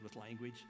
language